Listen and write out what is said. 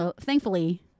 thankfully